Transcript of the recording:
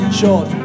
short